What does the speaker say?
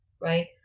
right